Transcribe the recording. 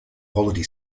holiday